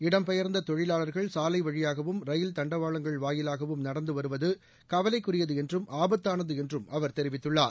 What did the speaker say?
இடம்பெயர்ந்த தொழிலாளர்கள் சாலை வழியாகவும் ரயில் தண்டவாளங்கள் வாயிலாகவும் நடந்து வருவது கவலைக்குரியது என்றும் ஆபத்தானது என்றும் அவர் தெரிவித்துள்ளார்